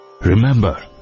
remember